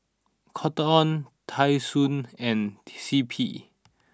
Cotton On Tai Sun and C P